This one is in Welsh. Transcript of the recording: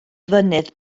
fynydd